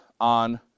on